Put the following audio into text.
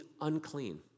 unclean